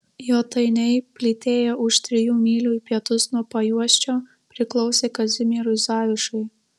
jotainiai plytėję už trijų mylių į pietus nuo pajuosčio priklausė kazimierui zavišai